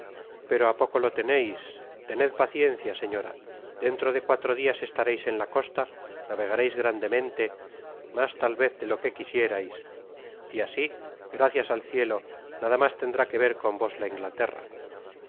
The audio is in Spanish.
combinar peroá poco lo teneis tened paciencia señora dentro de cuatro dias estareis en la costa navegareis grandemente mas tal vez de lo que quisierais y asi gracias al cielo nada mas tendrá que ver con vos la inglaterra